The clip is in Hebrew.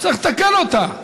צריך לתקן אותה.